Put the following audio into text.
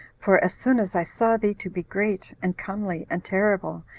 for as soon as i saw thee to be great, and comely, and terrible,